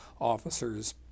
officers